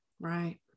right